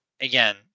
again